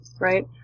right